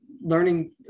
learning